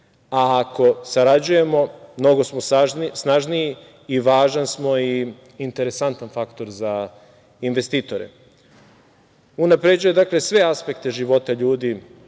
a ako sarađujemo, mnogo samo snažniji i važan smo i interesantan faktor za investitore. Dakle, unapređuje sve aspekte života ljudi